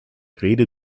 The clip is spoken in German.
rede